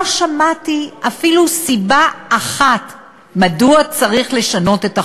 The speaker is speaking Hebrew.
לא שמעתי אפילו סיבה אחת מדוע צריך לשנות את החוק.